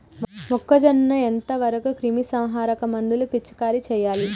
మొక్కజొన్న ఎంత వరకు క్రిమిసంహారక మందులు పిచికారీ చేయాలి?